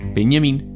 Benjamin